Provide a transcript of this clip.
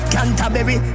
Canterbury